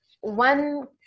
One